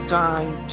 time